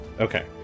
okay